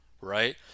right